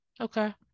Okay